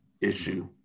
issue